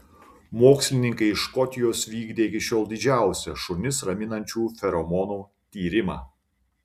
mokslininkai iš škotijos vykdė iki šiol didžiausią šunis raminančių feromonų tyrimą